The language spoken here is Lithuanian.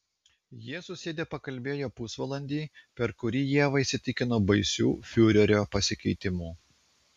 jie susėdę pakalbėjo pusvalandį per kurį ieva įsitikino baisiu fiurerio pasikeitimu